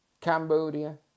Cambodia